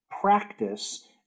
practice